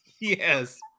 Yes